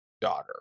daughter